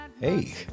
Hey